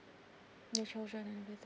yeah sure sure everything